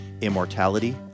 Immortality